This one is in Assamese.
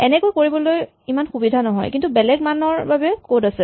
এনেকৈ কৰিবলৈ ইমান সুবিধা নহয় কিন্তু বেলেগ মানৰ বাবে কড আছে